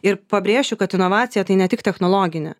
ir pabrėšiu kad inovacija tai ne tik technologinė